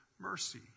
mercy